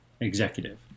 executive